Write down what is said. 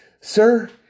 sir